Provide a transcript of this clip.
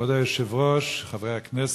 כבוד היושב-ראש, חברי הכנסת,